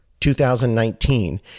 2019